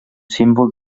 símbol